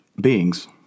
beings